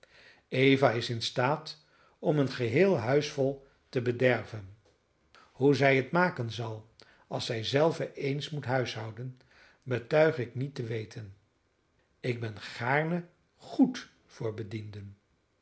eva is in staat om een geheel huisvol te bederven hoe zij het maken zal als zij zelve eens moet huishouden betuig ik niet te weten ik ben gaarne goed voor bedienden